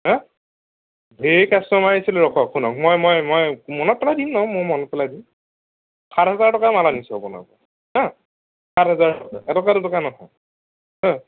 হাঁ ধেৰ কাষ্টমাৰ আহিছিল ৰখক শুনক মই মই মই মনত পেলাই দিম নহয় মই মনত পেলাই দিম সাত হাজাৰ টকাৰ মাল আনিছোঁ আপোনাৰ হাঁ সাত হাজাৰ টকা এটকা দুটকা নহয় হাঁ